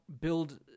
build